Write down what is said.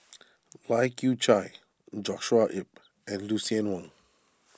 Lai Kew Chai Joshua Ip and Lucien Wang